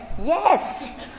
Yes